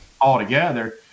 altogether